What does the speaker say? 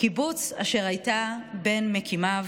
קיבוץ אשר הייתה בין מקימיו